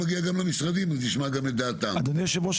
אדוני היושב-ראש,